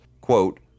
quote